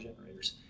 generators